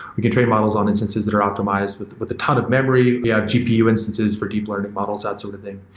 we can train models on instances that are optimized with with a ton of memory. we have gpu instances for deep learning models, that sort of thing.